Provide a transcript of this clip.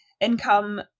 income